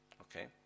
Okay